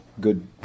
good